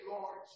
Lord